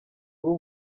rwo